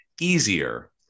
easier